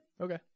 okay